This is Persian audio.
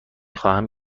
خواهم